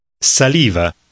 Saliva